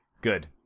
Good